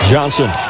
Johnson